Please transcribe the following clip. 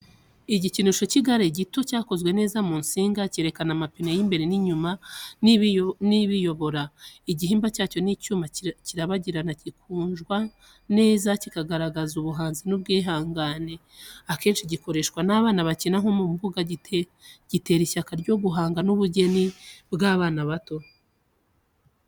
Igikinisho cy’igare gito, cyakozwe neza mu nsinga, cyerekana amapine y’imbere n’inyuma n’ibiyobora. Igihimba cyacyo cy'icyuma kirabagirana gikunjwa neza, kigaragaza ubuhanzi n’ubwihangane. Akenshi gikoreshwa n'abana bakina nko mu mbuga gitera ishyaka ryo guhanga n’ubugeni bw'abana bato.